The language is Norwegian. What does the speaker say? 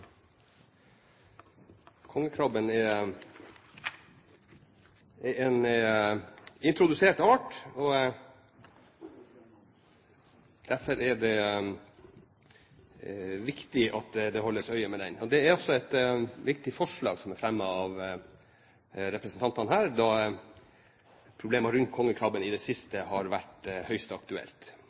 Kongekrabben er en introdusert art, og derfor er det viktig at det holdes øye med den. Det er også et viktig forslag som er fremmet av representantene her, da problemene rundt kongekrabben i det siste har vært høyst